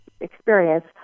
experience